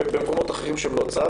ובמקומות אחרים שהם לא צה"ל,